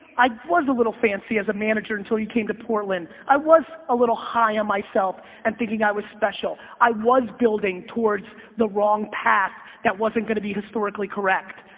i was a little fancy as a manager until you came to portland, i was a little high on myself and thinking i was special, i was building towards the wrong path that wasn't going to be historically correct.